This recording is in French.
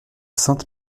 sainte